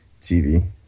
TV